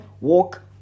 walk